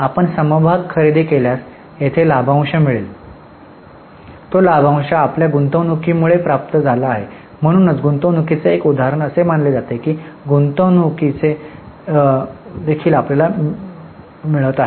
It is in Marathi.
आपण समभाग खरेदी केल्यास तेथे लाभांश मिळेल तो लाभांश आपल्या गुंतवणूकीमुळे प्राप्त झाला आहे म्हणूनच गुंतवणूकीचे एक उदाहरण असे मानले जाते की गुंतवणूक गुंतवणूकीचे एक उदाहरण देखील आपल्याला मिळत आहे